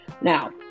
Now